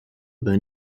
been